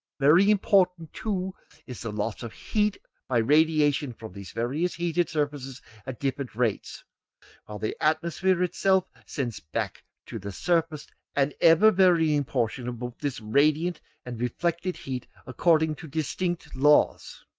very important too is the loss of heat by radiation from these various heated surfaces at different rates while the atmosphere itself sends back to the surface an ever varying portion of both this radiant and reflected heat according to distinct laws.